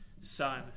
Son